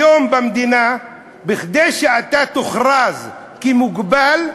היום במדינה, כדי שאתה תוכרז כמוגבל,